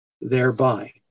thereby